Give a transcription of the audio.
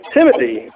Timothy